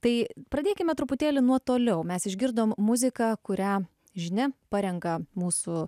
tai pradėkime truputėlį nuo toliau mes išgirdom muziką kurią žinia parenka mūsų